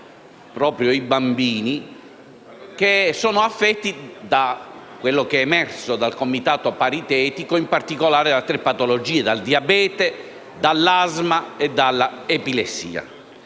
proprio i bambini, che sono affetti, come emerso dal comitato paritetico, in particolare da tre patologie: dal diabete, dall'asma e dall'epilessia.